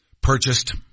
Purchased